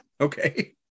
Okay